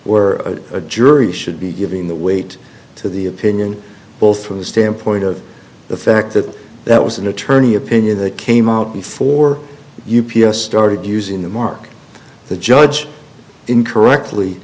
or a jury should be giving the weight to the opinion both from the standpoint of the fact that that was an attorney opinion that came out before u p s started using the mark the judge incorrectly